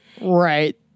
Right